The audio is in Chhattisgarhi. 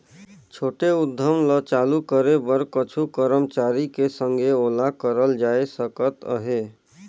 छोटे उद्यम ल चालू करे बर कुछु करमचारी के संघे ओला करल जाए सकत अहे